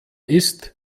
ist